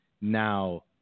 Now